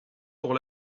pour